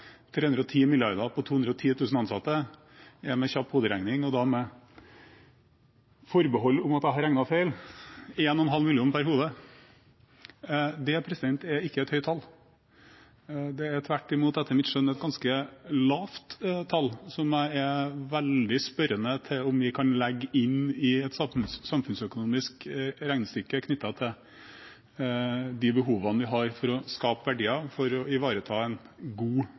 310 mrd. kr på 210 000 ansatte er med kjapp hoderegning, og da med forbehold om at jeg har regnet feil, 1,5 mill. kr per hode. Det er ikke et høyt tall. Det er tvert imot, etter mitt skjønn, et ganske lavt tall, som er jeg veldig spørrende til om vi kan legge inn i et samfunnsøkonomisk regnestykke knyttet til de behovene vi har for å skape verdier, for å ivareta en god